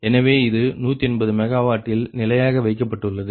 எனவே இது 180 MW இல் நிலையாக வைக்கப்பட்டுள்ளது